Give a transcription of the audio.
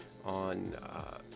on